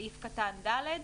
סעיף (ד),